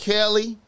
Kelly